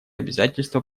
обязательства